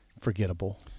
forgettable